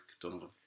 Donovan